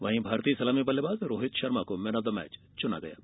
वहीं भारतीय सलामी बल्लेबाज रोहित शर्मा को मैन आफ द मैच घोषित किया है